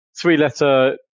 Three-letter